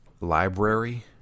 library